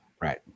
Right